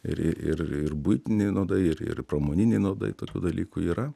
ir i ir ir buitiniai nuodai ir ir pramoniniai nuodai tokių dalykų yra